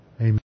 Amen